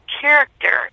character